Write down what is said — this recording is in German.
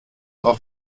auch